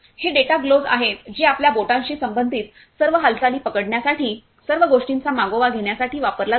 हे data gloves आहेत जे आपल्या बोटाशी संबंधित सर्व हालचाली पकडण्यासाठी सर्व गोष्टींचा मागोवा घेण्यासाठी वापरला जातो